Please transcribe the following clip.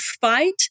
fight